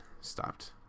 stopped